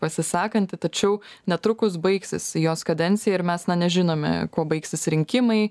pasisakanti tačiau netrukus baigsis jos kadencija ir mes na nežinome kuo baigsis rinkimai